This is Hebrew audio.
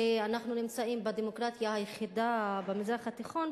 שאנחנו נמצאים בדמוקרטיה היחידה במזרח התיכון,